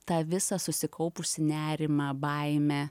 tą visą susikaupusį nerimą baimę